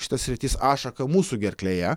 šita sritis ašaka mūsų gerklėje